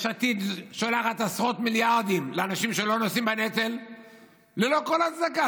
יש עתיד שולח עשרות מיליארדים לאנשים שלא נושאים בנטל ללא כל הצדקה.